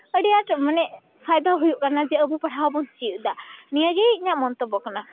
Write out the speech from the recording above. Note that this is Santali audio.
ᱟᱹᱰᱤ ᱟᱸᱴ ᱢᱟᱱᱮ ᱯᱷᱟᱭᱫᱟ ᱦᱚᱸ ᱦᱩᱭᱩᱜ ᱠᱟᱱᱟ ᱡᱮ ᱟᱵᱚ ᱯᱟᱲᱦᱟᱣ ᱵᱚᱱ ᱪᱮᱫ ᱫᱟ ᱱᱤᱭᱟᱹᱜᱮ ᱤᱧᱟᱹᱜ ᱢᱚᱱᱛᱚᱵᱽᱵᱚ ᱠᱟᱱᱟ